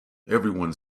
everyone